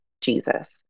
Jesus